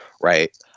right